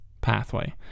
pathway